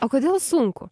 o kodėl sunku